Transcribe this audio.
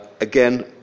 again